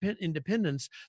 Independence